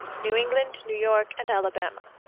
new england, new york, and alabama.